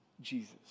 Jesus